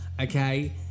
okay